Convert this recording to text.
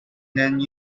lend